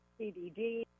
CBD